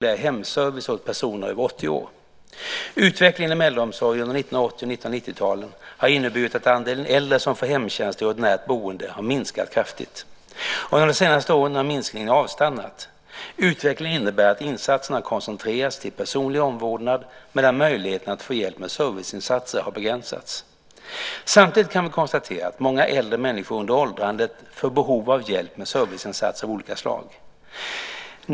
Fru talman! Inger Lundberg har frågat mig om jag är beredd att studera förutsättningarna för att stimulera hemservice åt personer över 80 år. Utvecklingen inom äldreomsorgen under 1980 och 1990-talen har inneburit att andelen äldre som får hemtjänst i ordinärt boende har minskat kraftigt. Under de senaste åren har minskningen avstannat. Utvecklingen innebär att insatserna har koncentrerats till personlig omvårdnad medan möjligheterna att få hjälp med serviceinsatser har begränsats. Samtidigt kan vi konstatera att många äldre människor under åldrandet får behov av hjälp med serviceinsatser av olika slag.